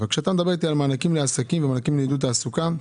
וכשאתה מדבר איתי על מענקים לעסקים ומענקים לעידוד תעסוקה,